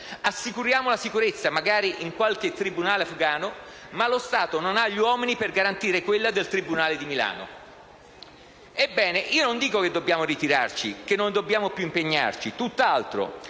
assicuriamo la sicurezza magari di qualche tribunale afghano, ma lo Stato non ha gli uomini per garantire quella del tribunale di Milano. Ebbene, io non dico che dobbiamo ritirarci, che non dobbiamo più impegnarci. Tutt'altro.